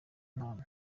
impano